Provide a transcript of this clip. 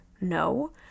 No